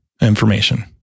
information